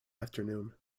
afternoon